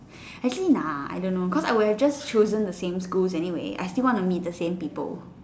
actually nah I don't know cause I would have just chosen the same schools anyway I still want to meet the same people